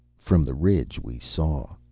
from the ridge we saw.